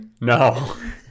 No